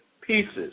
pieces